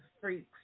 freaks